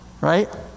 Right